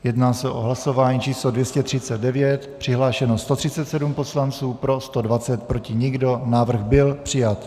Jedná se o hlasování číslo 239, přihlášeno 137 poslanců, pro 120, proti nikdo, tento návrh byl přijat.